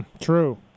True